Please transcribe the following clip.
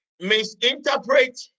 misinterpret